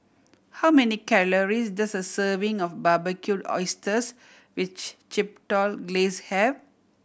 how many calories does a serving of Barbecued Oysters with Chipotle Glaze have